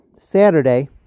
Saturday